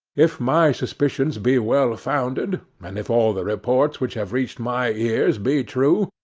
if my suspicions be well founded, and if all the reports which have reached my ears be true,